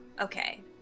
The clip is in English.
Okay